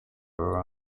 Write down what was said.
were